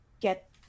get